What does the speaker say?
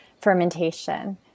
fermentation